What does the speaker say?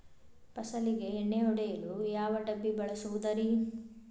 ಫಸಲಿಗೆ ಎಣ್ಣೆ ಹೊಡೆಯಲು ಯಾವ ಡಬ್ಬಿ ಬಳಸುವುದರಿ?